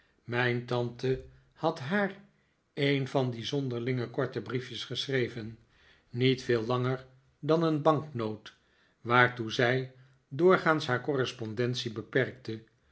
mijn tante had haar een van die zonderlinge korte brief jes geschreven niet veel langer dan een banknoot waartoe zij doorgaans haar correspondence beperkte